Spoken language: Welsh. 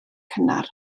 cynnar